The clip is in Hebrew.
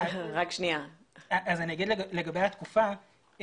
לגבי התקופה.